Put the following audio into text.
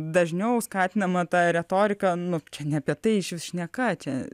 dažniau skatinama ta retorika nu čia ne apie tai išvis šneka čia